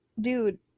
Dude